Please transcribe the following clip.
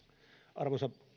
arvoisa